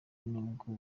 n’ubwo